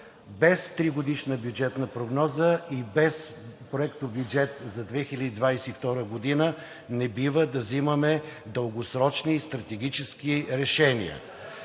Без тригодишна бюджетна прогноза и без проектобюджет за 2022 г. не бива да взимаме дългосрочни и стратегически решения.